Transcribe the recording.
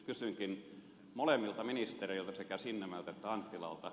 kysynkin molemmilta ministereiltä sekä sinnemäeltä että anttilalta